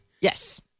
Yes